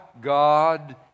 God